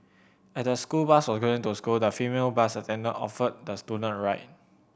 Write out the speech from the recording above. as the school bus was going to the school the female bus attendant offered the student a ride